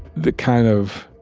the kind of